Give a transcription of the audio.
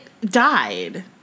died